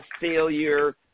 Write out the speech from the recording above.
failure